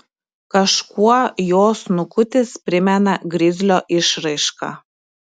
kažkuo jo snukutis primena grizlio išraišką